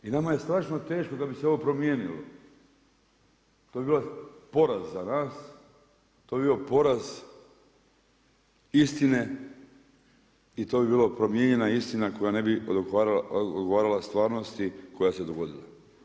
I nama je strašno teško kada bi se ovo promijenilo, to bi bio poraz za nas, to bi bio poraz istine i to bi bila promijenjena istina koja ne bi odgovarala stvarnosti koja se dogodila.